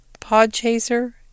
Podchaser